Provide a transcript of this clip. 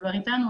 תדבר אתנו.